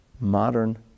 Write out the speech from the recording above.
modern